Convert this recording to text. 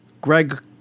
greg